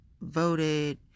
Voted